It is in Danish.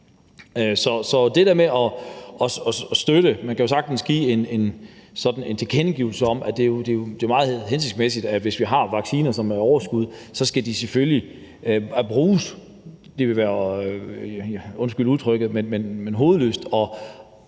vi endnu en omgang. Man kan jo sagtens give en tilkendegivelse af, at det er meget hensigtsmæssigt, at hvis vi har vacciner i overskud, skal de selvfølgelig bruges. Undskyld udtrykket,